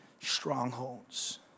strongholds